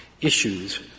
issues